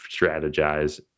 strategize